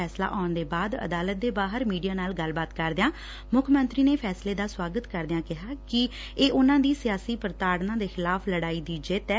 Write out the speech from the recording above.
ਫੈਸਲਾ ਆਉਣ ਦੇ ਬਾਅਦ ਅਦਾਲਤ ਦੇ ਬਹਾਰ ਮੀਡੀਆ ਨਾਲ ਗੱਲਬਾਤ ਕਰਦਿਆਂ ਮੁੱਖ ਮੰਤਰੀ ਨੇ ਫੈਸਲੇ ਦਾ ਸੁਆਗਤ ਕਰਦਿਆਂ ਕਿਹਾ ਕਿ ਇਹ ਉਨੁਾਂ ਦੀ ਸਿਆਸੀ ਪੁਤਾਤਣਾ ਦੇ ਖਿਲਾਫ਼ ਲਤਾਈ ਦੀ ਜਿੱਤ ਐ